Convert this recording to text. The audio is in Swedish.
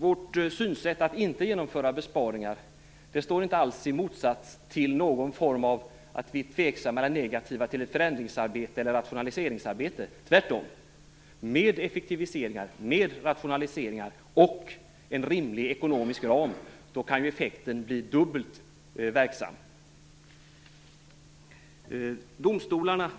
Vår uppfattning att några besparingar inte bör genomföras på det här området innebär inte att vi är tveksamma eller negativa till ett förändringsarbete eller rationaliseringsarbete. Tvärtom. Med effektiviseringar, med rationaliseringar och en rimlig ekonomisk ram kan effekten bli dubbelt verksam. Domstolarna